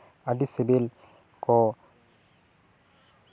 ᱟᱹᱰᱤ ᱥᱤᱵᱤᱞ ᱠᱚ